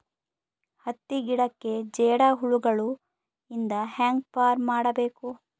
ಹತ್ತಿ ಗಿಡಕ್ಕೆ ಜೇಡ ಹುಳಗಳು ಇಂದ ಹ್ಯಾಂಗ್ ಪಾರ್ ಮಾಡಬೇಕು?